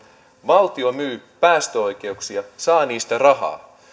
valtio myy päästöoikeuksia saa niistä rahaa